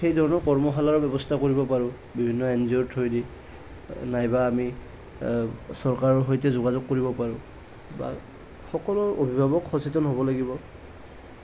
সেইধৰণৰ কৰ্মশালাৰ ব্যৱস্থা কৰিব পাৰোঁ বিভিন্ন এন জি অৰ থ্ৰ'য়েদি নাইবা অমি চৰকাৰৰ সৈতে যোগাযোগ কৰিব পাৰোঁ সকলো অভিভাৱক সচেতন হ'ব লাগিব